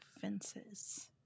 fences